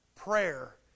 Prayer